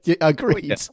agreed